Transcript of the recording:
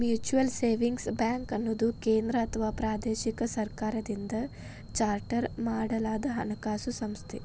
mutual savings ಬ್ಯಾಂಕ್ಅನ್ನುದು ಕೇಂದ್ರ ಅಥವಾ ಪ್ರಾದೇಶಿಕ ಸರ್ಕಾರದಿಂದ ಚಾರ್ಟರ್ ಮಾಡಲಾದಹಣಕಾಸು ಸಂಸ್ಥೆ